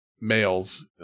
males